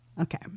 Okay